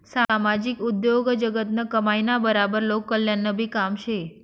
सामाजिक उद्योगजगतनं कमाईना बराबर लोककल्याणनंबी काम शे